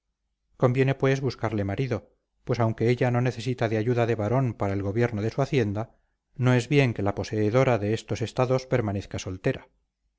conviene pues buscarle marido pues aunque ella no necesita de ayuda de varón para el gobierno de su hacienda no es bien que la poseedora de estos estados permanezca soltera